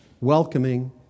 Welcoming